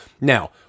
Now